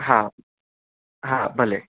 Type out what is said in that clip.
હા હા ભલે